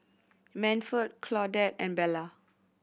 Manford Claudette and Bella